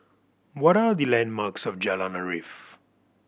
what are the landmarks of Jalan Arif